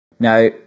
Now